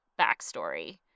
backstory